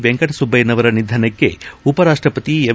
ವೆಂಕಟಸುಬ್ಬಯ್ದನವರ ನಿಧನಕ್ಕೆ ಉಪರಾಪ್ಲಪತಿ ಎಂ